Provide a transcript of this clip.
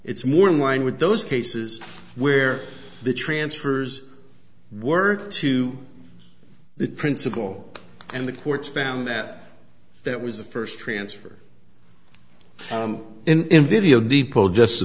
it's more in line with those cases where the transfers work to the principal and the courts found that that was the first transfer in video depo just